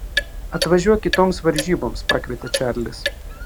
atvažiuok kitoms varžyboms pakvietė čarlis